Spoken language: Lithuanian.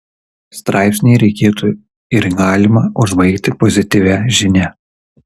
straipsnį reikėtų ir galima užbaigti pozityvia žinia